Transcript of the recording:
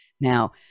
Now